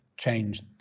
Change